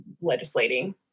legislating